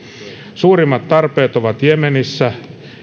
suurimmat tarpeet ovat jemenissä